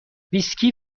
ویسکی